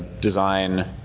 design